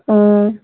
অঁ